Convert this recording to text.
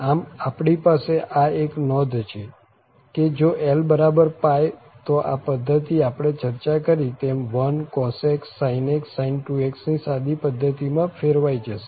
આમ આપણી પાસે આ એક નોંધ છે કે જો lπ તો આ પધ્ધતિ આપણે ચર્ચા કરી તેમ 1cos x sin x sin 2x ની સાદી પધ્ધતિમાં ફેરવાઈ જશે